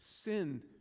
Sin